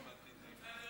רשימת תודות קצרה מאוד.